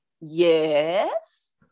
Yes